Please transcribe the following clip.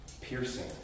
Piercing